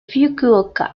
fukuoka